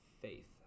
faith